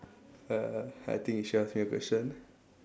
uh I think you should ask me question